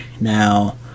Now